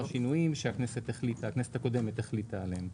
שינויים שהכנסת הקודמת החליטה עליהם.